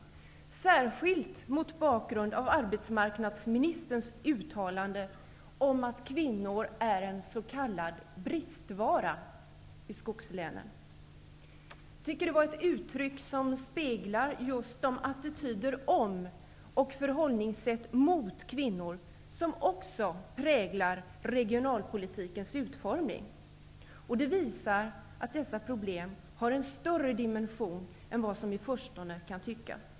Det gäller särskilt mot bakgrund av arbetsmarknadsministerns uttalande om att kvinnor är en ''bristvara'' i skogslänen. Jag tycker att detta avspeglar just de attityder och förhållningssätt till kvinnor som också präglar regionalpolitikens utformning. Detta visar att de här problemen har en större dimension än vad som i förstone kan tyckas.